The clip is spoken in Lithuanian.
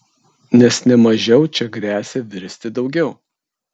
nes ne mažiau čia gresia virsti daugiau